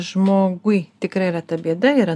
žmogui tikrai yra ta bėda yra